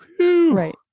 right